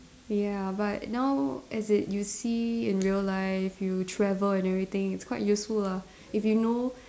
ya but now as in you see in real life you travel and everything it's quite useful lah if you know